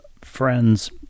friends